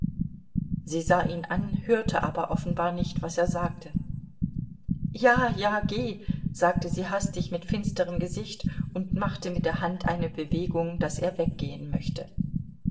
sie sah ihn an hörte aber offenbar nicht was er sagte ja ja geh sagte sie hastig mit finsterem gesicht und machte mit der hand eine bewegung daß er weggehen möchte